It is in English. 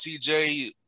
TJ